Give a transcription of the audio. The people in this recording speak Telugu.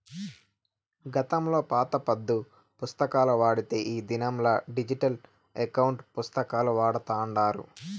గతంలో పాత పద్దు పుస్తకాలు వాడితే ఈ దినంలా డిజిటల్ ఎకౌంటు పుస్తకాలు వాడతాండారు